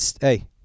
hey